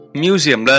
museum